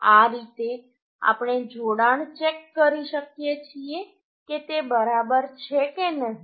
આ રીતે આપણે જોડાણ ચેક કરી શકીએ છીએ કે તે બરાબર છે કે નહીં